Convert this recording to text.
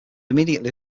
immediately